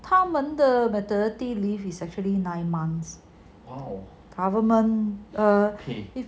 他们的 maternity leave is actually nine months or government